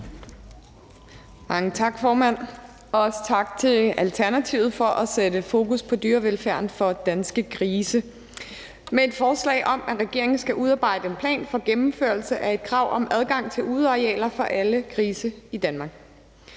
tak, formand. Også tak til Alternativet for at sætte fokus på dyrevelfærden for danske grise med et forslag om, at regeringen skal udarbejde en plan for gennemførelse af et krav om adgang til udearealer for alle grise i Danmark.